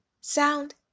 sound